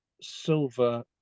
silver